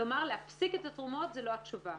לומר להפסיק את התרומות, זו לא התשובה.